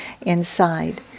inside